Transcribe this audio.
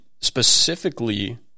specifically